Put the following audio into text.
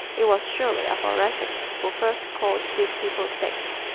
it was surely a thoracic who first called these people sticks.